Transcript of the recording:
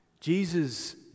Jesus